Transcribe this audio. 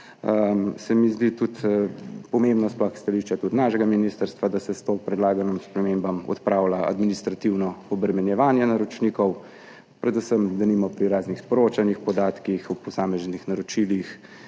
Se mi pa zdi tudi pomembno sploh stališče našega ministrstva, da se s temi predlaganimi spremembami odpravlja administrativno obremenjevanje naročnikov, predvsem denimo pri raznih sporočanjih, podatkih o posameznih naročilih